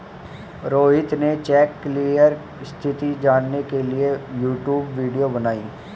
रोहित ने cheque clearing स्थिति जानने के लिए यूट्यूब वीडियो बनाई